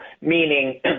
meaning